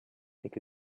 take